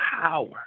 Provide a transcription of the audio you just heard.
power